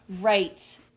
Right